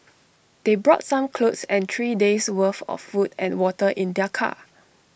they brought some clothes and three days' worth of food and water in their car